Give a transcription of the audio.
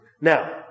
Now